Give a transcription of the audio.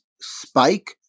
spike